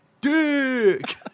dick